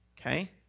Okay